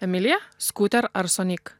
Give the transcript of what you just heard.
emilija skuter ar sonik